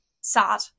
sad